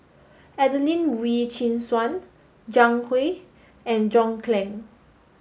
Adelene Wee Chin Suan Zhang Hui and John Clang